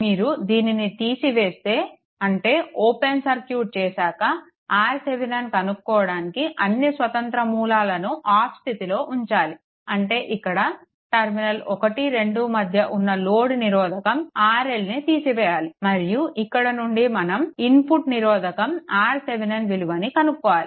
మీరు దీనిని తీసివేస్తే అంటే ఓపెన్ సర్క్యూట్ చేశాక RThevenin కనుక్కోవడానికి అన్నీ స్వతంత్ర మూలాలను ఆఫ్ స్థితిలో ఉంచాలి అంటే ఇక్కడ టర్మినల్ 1 2 మధ్య ఉన్న లోడ్ నిరోధకం RLను తీసివేయాలి మరియు ఇక్కడ నుండి మనం ఇన్పుట్ నిరోధకం RThevenin విలువని కనుక్కోవాలి